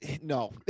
No